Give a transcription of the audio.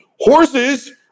Horses